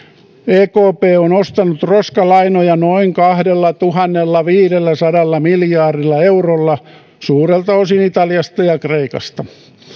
ekp on ostanut roskalainoja noin kahdellatuhannellaviidelläsadalla miljardilla eurolla suurelta osin italiasta ja kreikasta